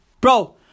Bro